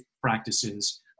practices